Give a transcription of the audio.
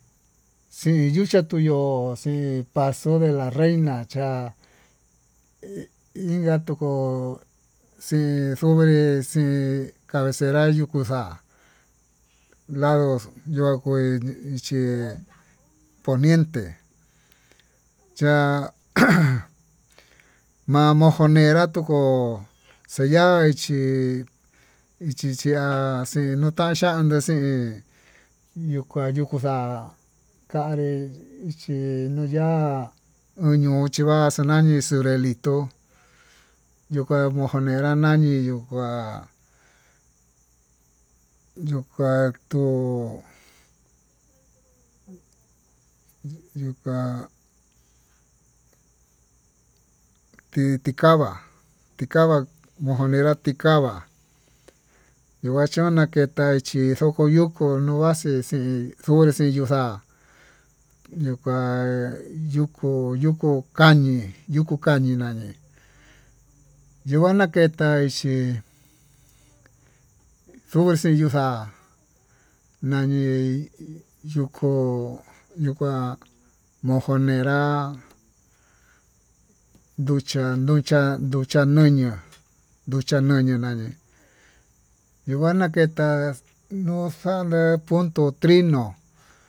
Xii yucha tuyo'ó poxi paso de la reyna cha'a inka tukuu xin sobri xin cabezera yuu kuu xa'á, lados yakue vichí poniente cha ujun ma'a mojonerá toko xeya'a chí ichiyiá ninutan xhianxo chí nukua ñuu kuu xa'a kanii chí nuu ya'á unuu chiva xañani xurelitu, yuu kua monjonera ñani ua ñuu kua tuu nuka titikava tika monjonera tikava chón naketa chí nonjonuko no'ó kuaxi xii kuxii yuxa'a nuka yuukó ñoko kañii, ñukukañi ñani yuu nguanaketa xhí xuxii yuu xa'a ñani yuko'o yuu kuá nonjonerá nducha nuchá, nucha noñió nucha noñio nani, nuu kuan naketa nuu xane punto trino.